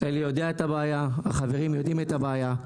אלי יודע את הבעיה, החברים יודעים את הבעיה.